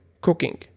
cooking